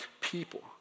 people